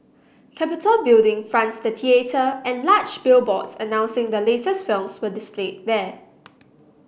Capitol Building fronts the theatre and large billboards announcing the latest films were displayed there